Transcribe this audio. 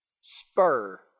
spur